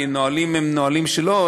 כי הנהלים הם נהלים שלו,